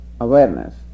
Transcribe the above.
awareness